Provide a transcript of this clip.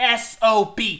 SOB